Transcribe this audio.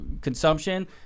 consumption